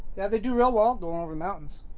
yeah they do real well going over mountains.